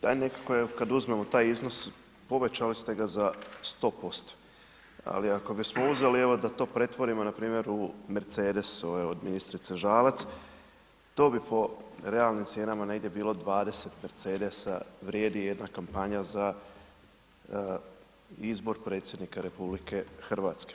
Da nekako evo kad uzmemo taj iznos povećali ste ga za 100%, ali ako bismo uzeli evo da to pretvorimo npr. u mercedes ovaj od ministrice Žalac, to bi po realnim cijenama negdje bilo 20 mercedesa vrijedi jedna kampanja za izbor Predsjednika RH.